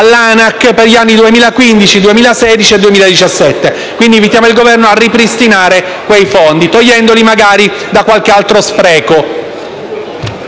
all'ANAC per gli anni 2015, 2016 e 2017. Invitiamo il Governo a ripristinare quei fondi togliendoli magari da qualche altro spreco.